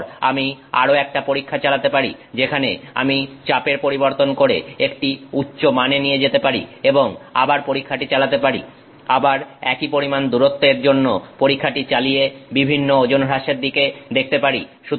এরপর আমি আরো একটা পরীক্ষা চালাতে পারি যেখানে আমি চাপের পরিবর্তন করে একটি উচ্চ মানে নিয়ে যেতে পারি এবং আবার পরীক্ষাটি চালাতে পারি আবার একই পরিমাণ দূরত্বের জন্য পরীক্ষাটি চালিয়ে বিভিন্ন ওজন হ্রাসের দিকে দেখতে পারি